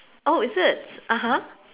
oh is it (uh huh)